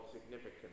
significant